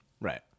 right